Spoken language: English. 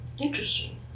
Interesting